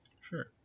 Sure